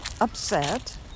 upset